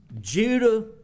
Judah